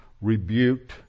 rebuked